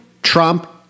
Trump